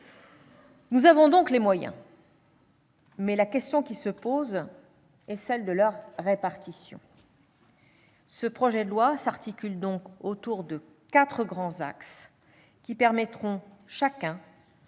Nous avons donc les moyens. La question qui se pose est celle de leur répartition. Ce projet de loi s'articule autour de quatre grands axes, dont chacun